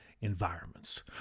environments